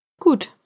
Gut